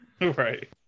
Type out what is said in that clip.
Right